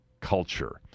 culture